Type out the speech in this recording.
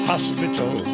Hospital